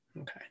Okay